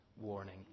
warning